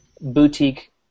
boutique